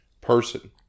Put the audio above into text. person